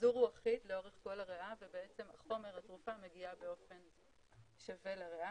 הפיזור אחיד לאורך כל הריאה והתרופה מגיעה באופן שווה לריאה.